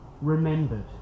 remembered